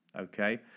Okay